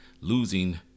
losing